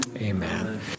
Amen